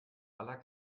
aller